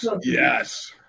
yes